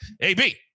AB